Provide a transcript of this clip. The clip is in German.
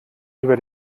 über